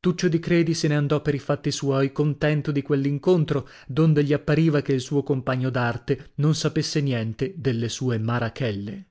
tuccio di credi se ne andò per i fatti suoi contento di quell'incontro donde gli appariva che il suo compagno d'arte non sapesse niente delle sue marachelle